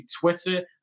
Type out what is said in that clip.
Twitter